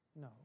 No